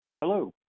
Hello